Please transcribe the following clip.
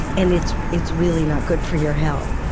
and it's it's really not good for your health.